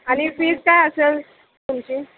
आणि फीस काय असेल तुमची